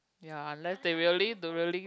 ya unless they really they really